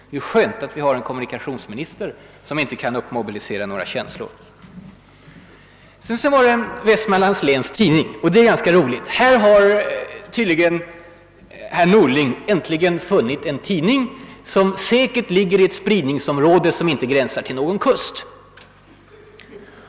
Det är skönt att vi har en kommunikationsminister som inte kan uppmobilisera några känslor i saken. Sedan citerade statsrådet ur en artikel i Vestmanlands Läns Tidning. Här hade statsrådet tydligen hittat en tidning som inte ligger i ett spridningsområde som gränsar till en kust.